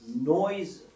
noise